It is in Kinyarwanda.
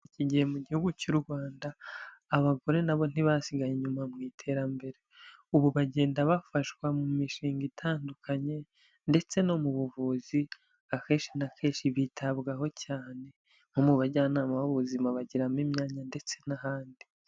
iki gihe gihugu cy'u Rwanda abagore na bo ntibasigaye inyuma mu iterambere, ubu bagenda bafashwa mu mishinga itandukanye ndetse no mu buvuzi, akenshi na kenshi bitabwaho cyane, nko mu bajyanama b'ubuzima bagiramo imyanya ndetse n'ahandi.